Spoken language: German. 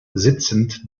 sitzend